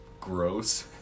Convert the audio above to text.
gross